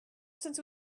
since